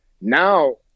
now